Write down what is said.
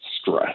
stress